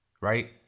Right